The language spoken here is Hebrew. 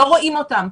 לא רואים אותם,